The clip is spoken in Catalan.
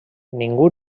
ningú